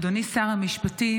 אדוני שר המשפטים,